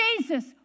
Jesus